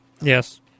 Yes